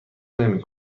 نمی